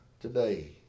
today